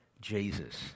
Jesus